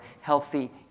healthy